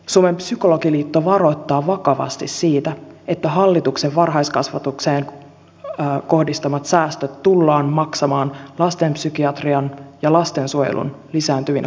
suomen psykologiliitto varoittaa vakavasti siitä että hallituksen varhaiskasvatukseen kohdistamat säästöt tullaan maksamaan lastenpsykiatrian ja lastensuojelun lisääntyvinä kuluina